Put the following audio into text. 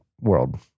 world